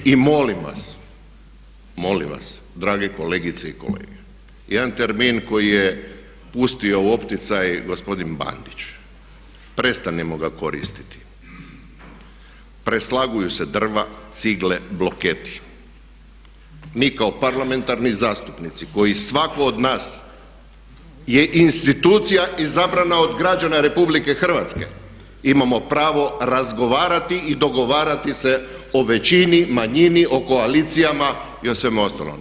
I molim vas, molim vas drage kolegice i kolege, jedan termin koji je pustio u opticaj gospodin Bandić, prestanimo ga koristiti, preslaguju se drva, cigle, bloketi, mi kao parlamentarni zastupnici koji svako od nas je institucija izabrana od građana RH imamo pravo razgovarati i dogovarati se o većini, manjini, o koalicijama i o svemu ostalome.